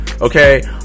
Okay